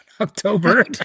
October